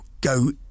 go